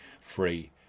free